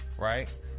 right